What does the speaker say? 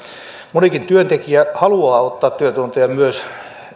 monikin työntekijä haluaa ottaa työtunteja myös